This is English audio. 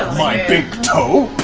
my big toe!